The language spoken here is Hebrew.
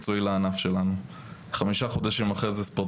שישה מסלולים שבהם שוחים מנויים,